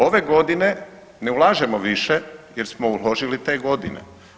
Ove godine ne ulažemo više jer smo uložili te godine.